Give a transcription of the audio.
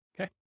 Okay